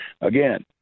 again